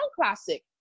Classic